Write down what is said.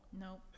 Nope